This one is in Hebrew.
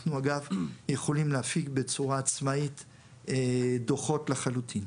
אנחנו יכולים להפיק בצורה עצמאית דוחות לחלוטין.